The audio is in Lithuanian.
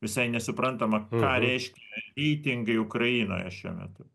visai nesuprantama ką reiškia reitingai ukrainoje šiuo metu